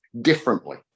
differently